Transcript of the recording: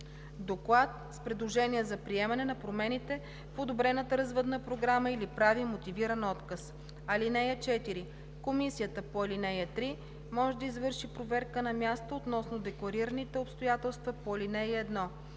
доклад с предложение за приемане на промените в одобрената развъдна програма или прави мотивиран отказ. (4) Комисията по ал. 3 може да извърши проверка на място относно декларираните обстоятелства по ал. 1.